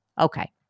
Okay